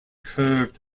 curved